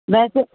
ਵੈਸੇ